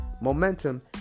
momentum